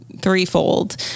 threefold